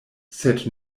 sed